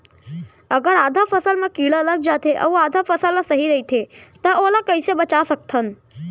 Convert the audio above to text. अगर आधा फसल म कीड़ा लग जाथे अऊ आधा फसल ह सही रइथे त ओला कइसे बचा सकथन?